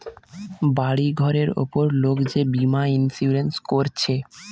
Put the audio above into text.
বাড়ি ঘরের উপর লোক যে বীমা ইন্সুরেন্স কোরছে